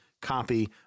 copy